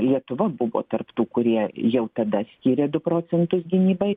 lietuva buvo tarp tų kurie jau tada skyrė du procentus gynybai